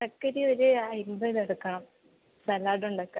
കക്കരി ഒരു അൻപത് എടുക്കാം സാലഡ് ഉണ്ടാക്കാൻ